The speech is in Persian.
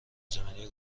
زمینی